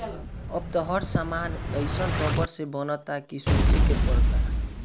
अब त हर सामान एइसन रबड़ से बनता कि सोचे के पड़ता